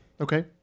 Okay